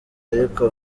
ariko